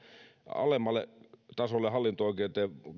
alemmalle tasolle hallinto oikeuteen